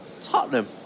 Tottenham